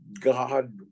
God